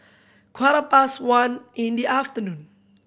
quarter past one in the afternoon